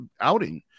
outing